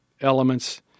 elements